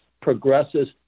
progresses